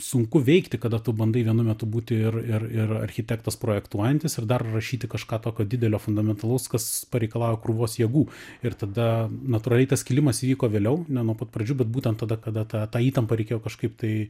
sunku veikti kada tu bandai vienu metu būti ir ir ir architektas projektuojantis ir dar rašyti kažką tokio didelio fundamentalaus kas pareikalauja krūvos jėgų ir tada natūraliai tas kilimas vyko vėliau ne nuo pat pradžių bet būtent tada kada tą tą įtampą reikėjo kažkaip tai